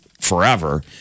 forever